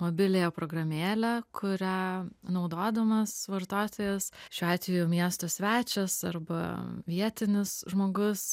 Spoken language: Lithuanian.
mobiliąją programėlę kurią naudodamas vartotojas šiuo atveju miesto svečias arba vietinis žmogus